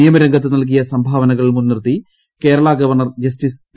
നിയമരംഗത്ത് നൽകിയ സംഭാവനകൾ മുൻനിർത്തി കേരള ഗവർണർ ജസ്റ്റിസ് പി